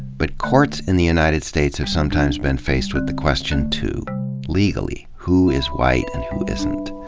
but courts in the united states have sometimes been faced with the question, too legally, who is white and who isn't?